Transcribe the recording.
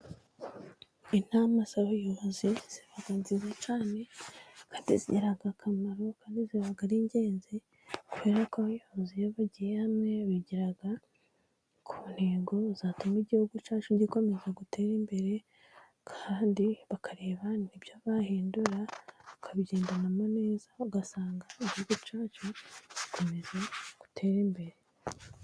Inama z'abayobozi ziba nziza cyane kandi zigira akamaro, kandi ziba ari ingenzi kubera ko abayobozi iyo bagiye hamwe, bagera ku ntego zatuma igihugu cyacu gikomeza gutera imbere. Kandi bakareba n'ibyo bahindura, bakabigendanamo neza, ugasanga igihugu cyacu gikomeza gutera imbere.